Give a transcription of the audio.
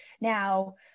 Now